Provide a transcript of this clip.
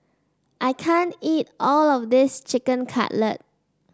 I can't eat all of this Chicken Cutlet